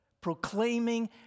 proclaiming